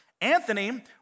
Anthony